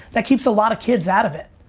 that keeps a lot of kids out of it.